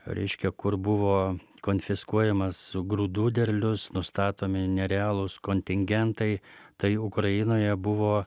reiškia kur buvo konfiskuojamas grūdų derlius nustatomi nerealūs kontingentai tai ukrainoje buvo